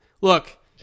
Look